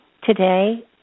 Today